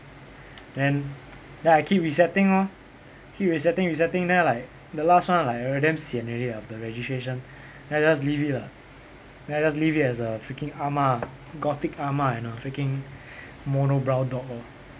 then then I keep resetting lor keep resetting resetting then like the last one like already damn sian already ah the registration then I just leave it lah then I just leave it as a freaking ah ma gothic ah ma and a freaking monobrow dog lor